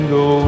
go